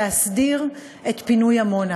להסדיר את פינוי עמונה.